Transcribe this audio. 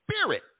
spirit